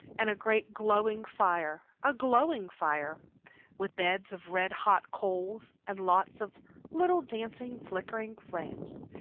and a great glowing fire a glowing fire with beds of red-hot coal and lots of little dancing, flickering flames.